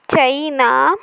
China